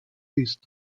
ist